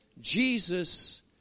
Jesus